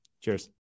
Cheers